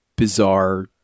bizarre